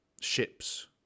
ships